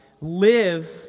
live